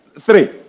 three